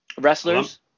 wrestlers